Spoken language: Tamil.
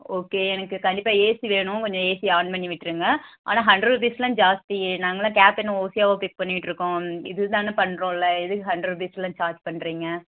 ஓகே எனக்கு கண்டிப்பாக ஏசி வேணும் கொஞ்சம் ஏசி ஆன் பண்ணி விட்டுருங்க ஆனால் ஹண்ட்ரட் ருபீஸ்லாம் ஜாஸ்தி நாங்கள்லாம் கேப் என்ன ஓசியாகவா பண்ணிட்டுருக்கோம் இதுக்குதான பண்ணுறோம்ல எதுக்கு ஹண்ட்ரட் ருபீஸ்லாம் சார்ஜ் பண்ணுறீங்க